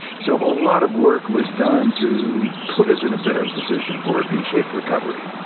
so a lot of work was done to put us in a better position for a v-shaped recovery